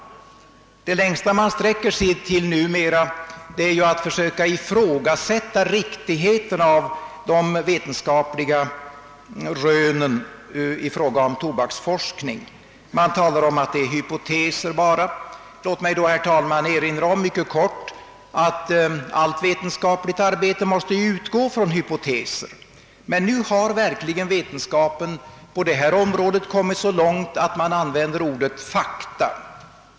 Det längsta man sträcker sig till numera är att försöka ifrågasätta riktigheten av de vetenskapliga rönen vid tobaksforskningen; man säger att dessa bara är hypoteser. Låt mig erinra om att allt vetenskapligt arbete måste utgå från hypoteser, men vetenskapen på tobaksforskningens område har verkligen kommit så långt, att man nu använder ordet fakta.